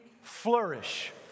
Flourish